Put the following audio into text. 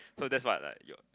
so that's what like your